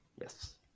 yes